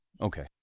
Okay